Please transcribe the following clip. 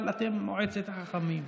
אבל אתם מועצת החכמים.